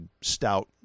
stout